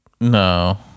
no